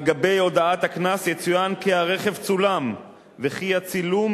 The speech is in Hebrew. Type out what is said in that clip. על גבי הודעת הקנס יצוין כי הרכב צולם וכי הצילום